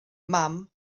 mam